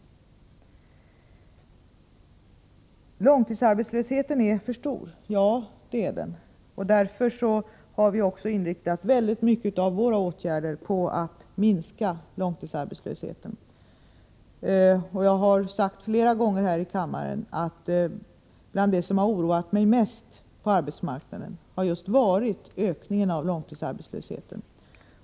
Det är riktigt att långtidsarbetslösheten är för hög, och därför har vi i regeringen inriktat mycket av våra åtgärder på att minska den. Jag har flera gånger här i kammaren sagt att en av de saker som har oroat mig mest på arbetsmarknaden har varit just ökningen när det gäller långtidsarbetslösheten.